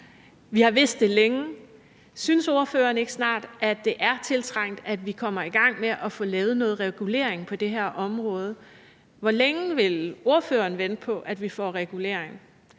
Vi har vidst det længe. Synes ordføreren ikke, at det snart er tiltrængt, at vi kommer i gang med at få lavet noget regulering på det her område? Hvor længe vil ordføreren vente på, at vi får regulering?